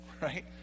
right